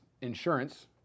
Insurance